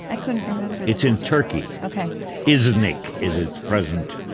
i couldn't remember it's in turkey ok iznik is its present,